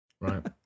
right